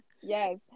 Yes